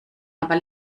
aber